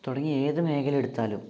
തുടങ്ങിയ ഏതു മേഖലയെടുത്താലും